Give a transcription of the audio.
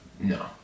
No